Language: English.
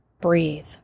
breathe